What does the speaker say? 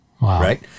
Right